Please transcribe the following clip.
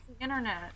internet